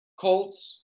Colts